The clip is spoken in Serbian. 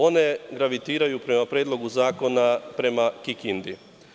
One gravitiraju, prema Predlogu zakona, prema Kikindi.